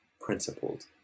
principled